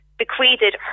bequeathed